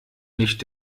nicht